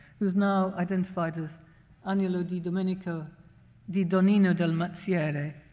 who is now identified as agnolo di domenico di donnino del mazziere.